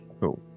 Cool